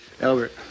Albert